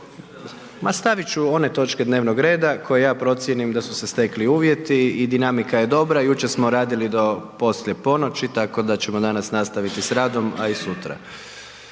stavit ću one točke dnevnog reda koje ja procijenim da su se stekli uvjeti i dinamika je dobra. Jučer smo radili do poslije ponoći tako da ćemo danas nastaviti s radom, a i sutra.